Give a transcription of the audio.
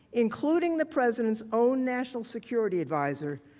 including the president's own national security advisor,